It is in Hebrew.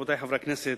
רבותי חברי הכנסת,